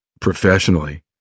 professionally